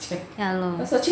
ya lor